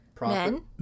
Men